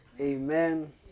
Amen